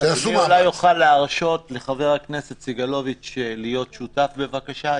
אדוני אולי יוכל להרשות לחבר הכנסת סגלוביץ' להיות שותף בבקשה,